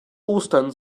ostern